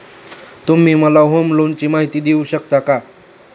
तुम्ही मला होम लोनची माहिती देऊ शकता का?